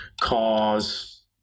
cars